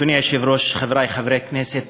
אדוני היושב-ראש, חברי חברי הכנסת,